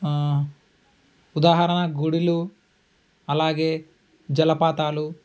ఉదాహరణ గుడిలు అలాగే జలపాతాలు